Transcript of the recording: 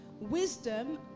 wisdom